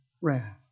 wrath